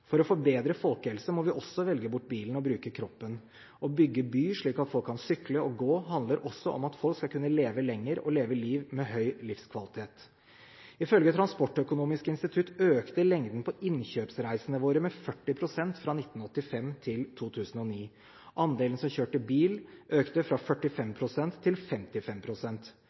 For å få bedre folkehelse må vi også velge bort bilen og bruke kroppen. Å bygge by slik at folk kan sykle og gå, handler også om at folk skal kunne leve lenger og leve liv med høy livskvalitet. Ifølge Transportøkonomisk institutt økte lengden på innkjøpsreisene våre med 40 pst. fra 1985 til 2009. Andelen som kjørte bil, økte fra 45 pst. til